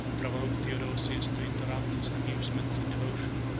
provoke theodosius to interrupt his amusements and devotion,